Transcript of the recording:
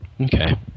Okay